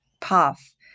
path